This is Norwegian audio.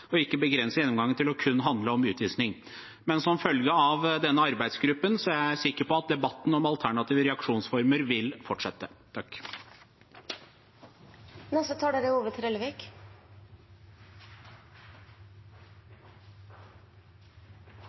ikke begrense gjennomgangen til kun å handle om utvisning. Men som følge av denne arbeidsgruppen er jeg sikker på at debatten om alternative reaksjonsformer vil fortsette. Utvisingssaker er krevjande. Når det er